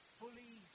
fully